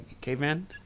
caveman